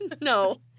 No